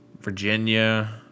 Virginia